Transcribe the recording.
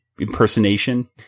impersonation